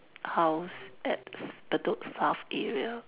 house at Bedok south area